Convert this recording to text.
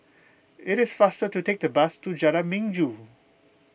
it is faster to take the bus to Jalan Minggu